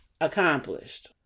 accomplished